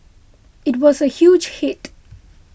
it was a huge hit